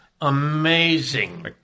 amazing